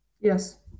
Yes